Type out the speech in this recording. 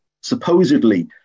supposedly